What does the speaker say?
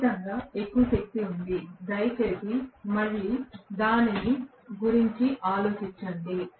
ఖచ్చితంగా ఎక్కువ శక్తి ఉంది దయచేసి మళ్ళీ దాని గురించి ఆలోచించండి